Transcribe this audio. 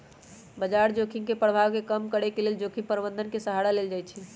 बजार जोखिम के प्रभाव के कम करेके लेल जोखिम प्रबंधन के सहारा लेल जाइ छइ